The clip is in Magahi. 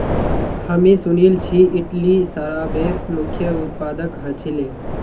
हामी सुनिल छि इटली शराबेर मुख्य उत्पादक ह छिले